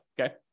okay